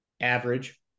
average